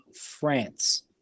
France